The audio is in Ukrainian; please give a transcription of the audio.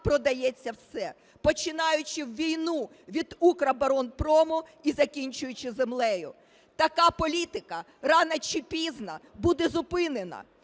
продається все, починаючи в війну від Укроборонпрому і закінчуючи землею. Така політика рано чи пізно буде зупинена